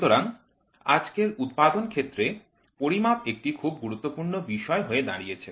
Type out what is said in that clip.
সুতরাং আজকের উৎপাদন ক্ষেত্রে পরিমাপ একটি খুব গুরুত্বপূর্ণ বিষয় হয়ে দাঁড়িয়েছে